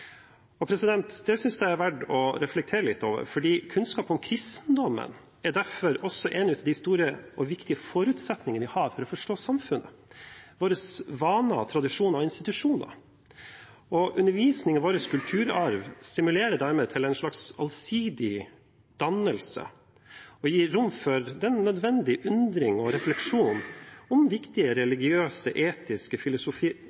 Det synes jeg det er verdt å reflektere litt over, fordi kunnskap om kristendommen derfor også er en av de store og viktige forutsetningene vi har for å forstå samfunnet, våre vaner, tradisjoner og institusjoner. Undervisning i vår kulturarv stimulerer dermed til en slags allsidig dannelse og gir rom for den nødvendige undring og refleksjon om viktige